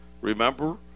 Remember